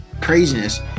craziness